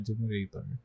generator